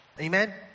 Amen